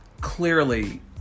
clearly